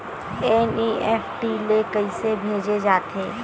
NEFT ले कइसे भेजे जाथे?